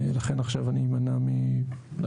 לכן עכשיו אני אמנע מלהשיב.